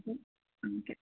മ് ഓക്കെ